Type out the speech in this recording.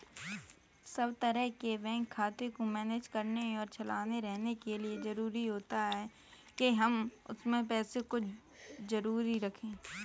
सब तरह के बैंक खाते को मैनेज करने और चलाते रहने के लिए जरुरी होता है के हम उसमें कुछ पैसे जरूर रखे